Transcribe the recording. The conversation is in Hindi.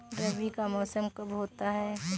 रबी का मौसम कब होता हैं?